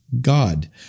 God